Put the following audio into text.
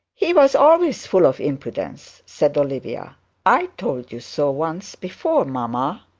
he was always full of impudence said olivia i told you so once before, mamma